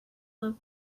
love